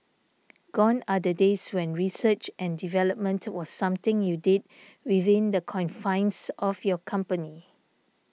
gone are the days when research and development was something you did within the confines of your company